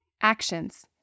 Actions